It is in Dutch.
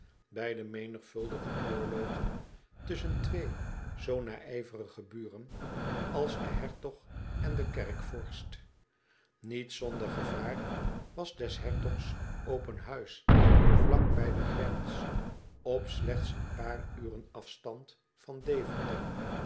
bij de menigvuldige oorlogen tusschen twee zoo naijverige buren als de hertog en de kerkvorst niet zonder gevaar was des hertogs open huis vlak bij de grens op slechts een paar uren afstand van deventer